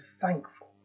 thankful